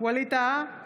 ווליד טאהא,